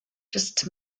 just